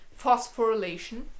Phosphorylation